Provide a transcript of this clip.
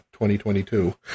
2022